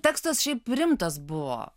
tekstas šiaip rimtas buvo